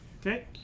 Okay